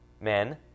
men